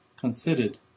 considered